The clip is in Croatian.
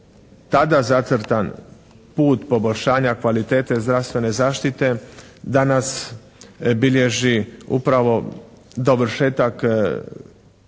tada zacrtan put poboljšanja kvalitete zdravstvene zaštite danas bilježi upravo dovršetak